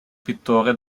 pittore